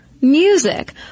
music